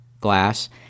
glass